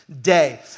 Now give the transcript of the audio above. day